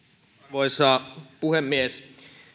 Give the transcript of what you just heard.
arvoisa puhemies